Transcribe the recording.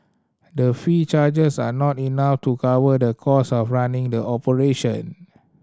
the fee charged are not enough to cover the cost of running the operation